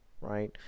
right